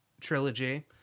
trilogy